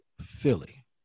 Philly